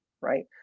right